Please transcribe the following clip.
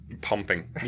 pumping